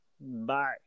Bye